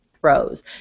throws